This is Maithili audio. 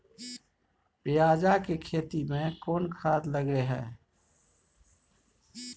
पियाज के खेती में कोन खाद लगे हैं?